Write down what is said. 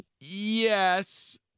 Yes